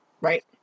Right